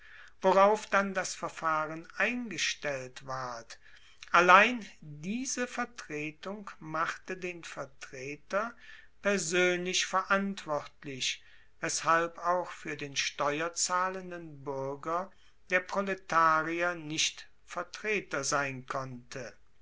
worauf dann das verfahren eingestellt ward allein diese vertretung machte den vertreter persoenlich verantwortlich weshalb auch fuer den steuerzahlenden buerger der proletarier nicht vertreter sein konnte